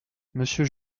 monsieur